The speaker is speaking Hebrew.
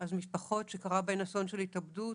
אז משפחות שקרה בהן אסון של התאבדות,